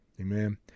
Amen